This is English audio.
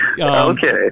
Okay